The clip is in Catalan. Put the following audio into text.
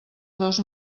dos